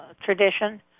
tradition